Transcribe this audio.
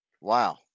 wow